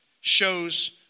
shows